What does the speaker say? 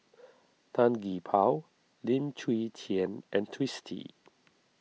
Tan Gee Paw Lim Chwee Chian and Twisstii